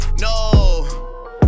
no